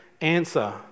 answer